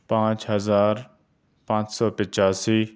پانچ ہزار پانچ سو پچاسی